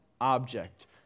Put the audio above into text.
object